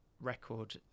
record